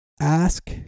ask